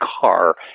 car